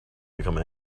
become